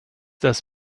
das